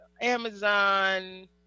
Amazon